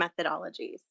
methodologies